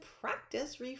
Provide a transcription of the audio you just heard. practice